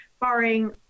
barring